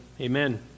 Amen